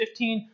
15